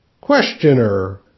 Questioner